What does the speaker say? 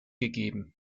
gegeben